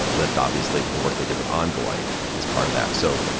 ah lyft obviously with the work they did with envoy is part of that. so,